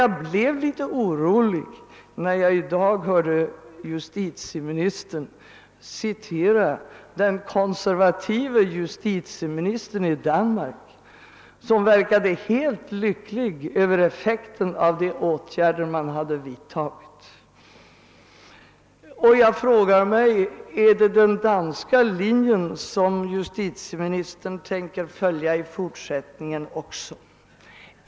Jag blev litet orolig när jag i dag hörde justitieministern citera den konservative justitieministern i Danmark, som verkade helt lycklig över effekten av de åtgärder man hade vidtagit. Jag frågar mig: Är det den danska linjen som justitieministern tänker följa även i fortsättningen?